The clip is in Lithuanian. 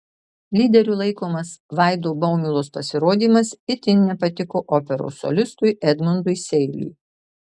lyderiu laikomas vaido baumilos pasirodymas itin nepatiko operos solistui edmundui seiliui